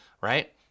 right